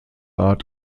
art